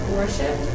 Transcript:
worship